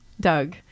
Doug